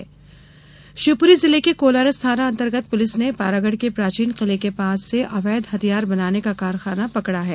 अवैध कारखाना शिवपुरी जिले के कोलारस थाना अंतर्गत पुलिस ने पारागढ़ के प्राचीन किले के पास से अवैध हथियार बनाने का कारखाना पकड़ा है